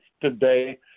today